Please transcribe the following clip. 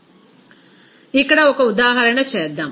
refer slide టైం4443 ఇక్కడ ఒక ఉదాహరణ చేద్దాం